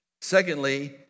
Secondly